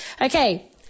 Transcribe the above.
Okay